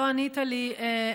לא ענית לי,